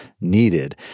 needed